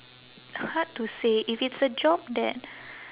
hard to say if it's a job that